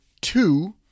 two